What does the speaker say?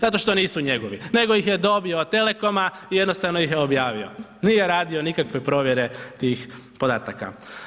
Zato što nisu njegovi nego ih je dobio od Telekoma i jednostavno ih je objavio, nije radio nikakve provjere tih podataka.